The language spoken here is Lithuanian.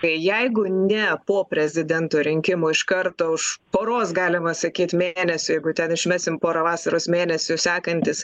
tai jeigu ne po prezidento rinkimų iš karto už poros galima sakyt mėnesių jeigu ten išmesim porą vasaros mėnesių sekantis